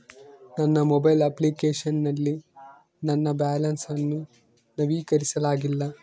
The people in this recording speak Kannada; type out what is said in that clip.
ನನ್ನ ಮೊಬೈಲ್ ಅಪ್ಲಿಕೇಶನ್ ನಲ್ಲಿ ನನ್ನ ಬ್ಯಾಲೆನ್ಸ್ ಅನ್ನು ನವೀಕರಿಸಲಾಗಿಲ್ಲ